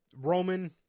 Roman